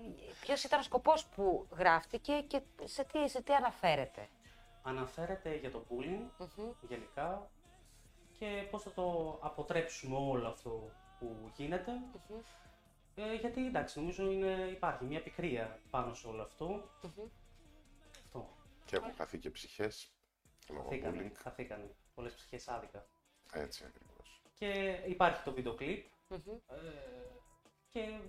Ποιος ήταν ο σκοπός που γράφτηκε και σε τι- σε τι αναφέρεται? Αναφέρεται για το bullying, Mhm. γενικά, και πώς θα το αποτρέψουμε όλο αυτό που γίνεται. Mhm. Ε, γιατί, εντάξει, νομίζω είναι- υπάρχει μια πικρία πάνω σε όλο αυτό. Mhm. Αυτό. Και έχουν χαθεί και ψυχές, λόγω Χαθήκανε, bullying. χαθήκανε. Πολλές ψυχές άδικα. Έτσι ακριβώς. Και υπάρχει το βίντεο κλιπ, Mhm. ε, και